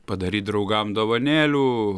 padaryt draugam dovanėlių